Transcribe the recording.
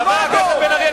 חבר הכנסת בן-ארי.